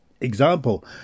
example